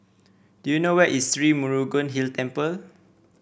do you know where is Sri Murugan Hill Temple